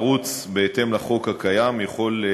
הערוץ, בהתאם לחוק הקיים, יכול,